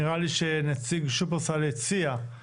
נראה לי שנציג שופרסל הציע לקבוע ---